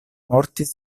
mortis